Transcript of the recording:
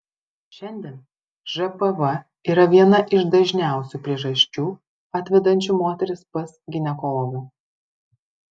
šiandien žpv yra viena iš dažniausių priežasčių atvedančių moteris pas ginekologą